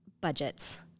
Budgets